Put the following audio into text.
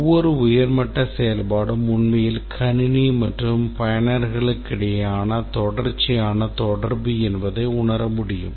ஒவ்வொரு உயர் மட்ட செயல்பாடும் உண்மையில் கணினி மற்றும் பயனர்களுக்கிடையேயான தொடர்ச்சியான தொடர்பு என்பதை உணர முடியும்